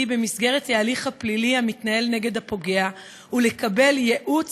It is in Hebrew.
במסגרת ההליך הפלילי המתנהל נגד הפוגע ולקבל ייעוץ